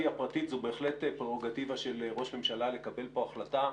הפרטית זו בהחלט פררוגטיבה של ראש ממשלה לקבל פה החלטה,